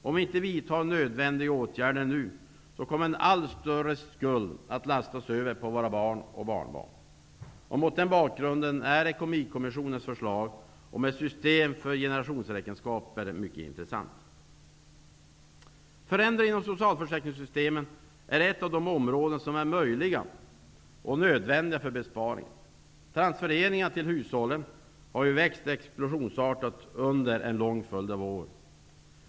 Om vi inte vidtar nödvändiga åtgärder nu kommer en allt större skuld att lastas över på våra barn och barnbarn. Mot denna bakgrund är ekonomikommissionens förslag om ett system för generationsräkenskaper mycket intressant. Förändringar i socialförsäkringssystemen är ett av de områden som är möjliga och nödvändiga för besparingar. Transfereringar till hushållen har växt explosionsartat under en lång följd av år.